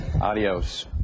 Adios